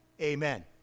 Amen